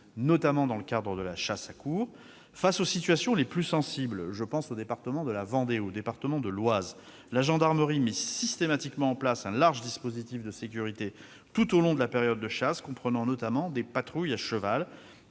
notamment dans le cadre de la chasse à courre. Face aux situations les plus sensibles- je pense aux départements de la Vendée ou de l'Oise -, la gendarmerie met systématiquement en place un large dispositif de sécurité pendant la période de chasse, notamment des patrouilles à cheval.